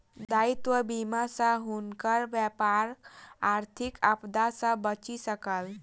दायित्व बीमा सॅ हुनकर व्यापार आर्थिक आपदा सॅ बचि सकल